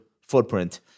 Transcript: footprint